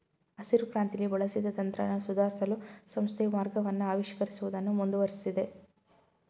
ಹಸಿರುಕ್ರಾಂತಿಲಿ ಬಳಸಿದ ತಂತ್ರನ ಸುಧಾರ್ಸಲು ಸಂಸ್ಥೆಯು ಮಾರ್ಗವನ್ನ ಆವಿಷ್ಕರಿಸುವುದನ್ನು ಮುಂದುವರ್ಸಿದೆ